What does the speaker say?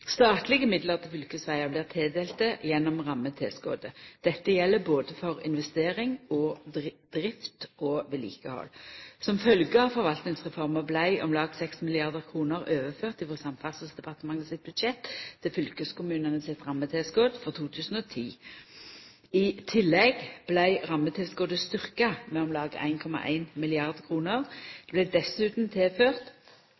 Statlege midlar til fylkesvegar blir tildelte gjennom rammetilskotet. Dette gjeld både for investeringar og drift og vedlikehald. Som følgje av forvaltningsreforma vart om lag 6 mrd. kr overførte frå Samferdselsdepartementet sitt budsjett til fylkeskommunane sitt rammetilskot frå 2010. I tillegg vart rammetilskotet styrkt med om lag